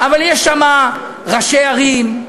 אבל יש שם ראשי ערים,